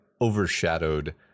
overshadowed